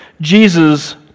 Jesus